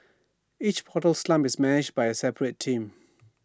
each portal sump is managed by A separate team